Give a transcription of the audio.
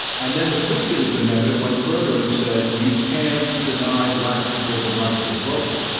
and then the fifteenth amendment went further and said you can't deny black people the right to vote.